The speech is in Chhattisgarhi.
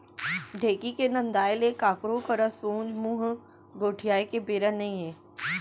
ढेंकी के नंदाय ले काकरो करा सोझ मुंह गोठियाय के बेरा नइये